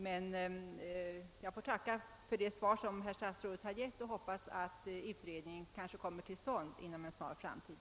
Men jag tackar för det svar som herr statsrådet givit och hoppas att utredningen kommer till stånd inom en snar framtid.